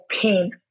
pain